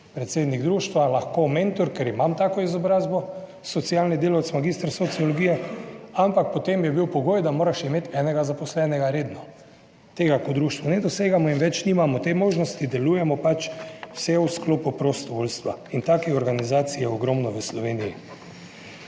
predsednik društva, lahko mentor, ker imam tako izobrazbo, socialni delavec, mag. sociologije, ampak potem je bil pogoj, da moraš imeti enega zaposlenega redno. Tega kot društvo ne dosegamo in več nimamo te možnosti, delujemo pač vse v sklopu prostovoljstva in takih organizacij je ogromno v Sloveniji.